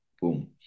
Boom